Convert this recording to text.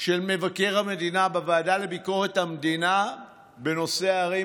של מבקר המדינה בוועדה לביקורת המדינה בנושא ערים